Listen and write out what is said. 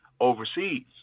overseas